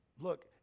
Look